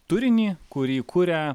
turinį kurį kuria